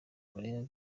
korea